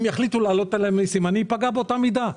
אם יחליטו להעלות עליהם מסים אני אפגע באותה מידה.